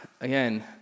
again